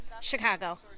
Chicago